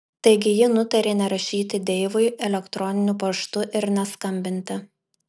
taigi ji nutarė nerašyti deivui elektroniniu paštu ir neskambinti